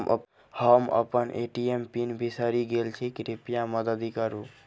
हम अप्पन ATM PIN बिसरि गेल छी कृपया मददि करू